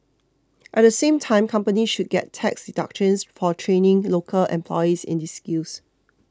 at the same time companies should get tax deductions for training local employees in these skills